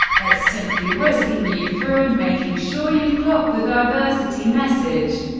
at simply whisking you through and making sure you've clocked the diversity message.